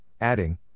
adding